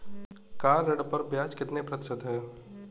Car ऋण पर ब्याज कितने प्रतिशत है?